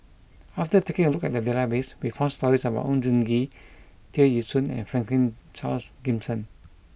after taking a look at the database we found stories about Oon Jin Gee Tear Ee Soon and Franklin Charles Gimson